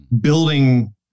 building